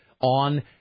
on